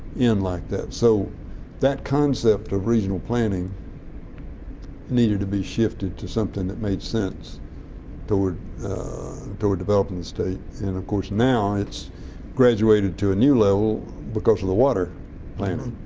in like that. so that concept of regional planning needed to be shifted to something that made sense toward toward developing the state. and of course now it's graduated to a new level because of the water planning.